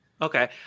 Okay